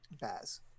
Baz